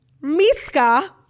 Miska